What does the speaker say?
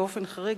באופן חריג,